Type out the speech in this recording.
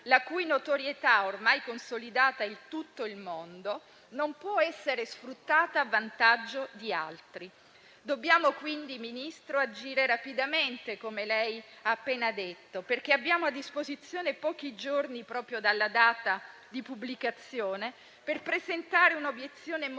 la cui notorietà, ormai consolidata in tutto il mondo, non può essere sfruttata a vantaggio di altri. Dobbiamo quindi agire rapidamente, signor Ministro, - come ha appena detto - perché abbiamo a disposizione pochi giorni, proprio dalla data di pubblicazione, per presentare un'obiezione